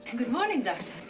and good morning, doctor.